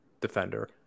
defender